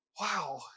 Wow